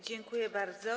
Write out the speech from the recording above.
Dziękuję bardzo.